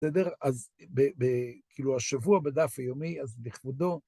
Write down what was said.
בסדר? אז כאילו השבוע בדף היומי, אז לכבודו...